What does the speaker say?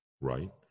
right